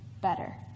better